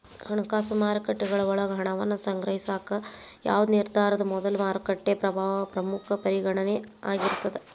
ಹಣಕಾಸು ಮಾರುಕಟ್ಟೆಗಳ ಒಳಗ ಹಣವನ್ನ ಸಂಗ್ರಹಿಸಾಕ ಯಾವ್ದ್ ನಿರ್ಧಾರದ ಮೊದಲು ಮಾರುಕಟ್ಟೆ ಪ್ರಭಾವ ಪ್ರಮುಖ ಪರಿಗಣನೆ ಆಗಿರ್ತದ